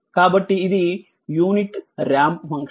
కాబట్టి ఇది unit ramp function